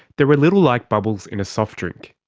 they are a little like bubbles in a soft drink.